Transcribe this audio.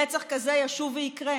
רצח כזה ישוב ויקרה.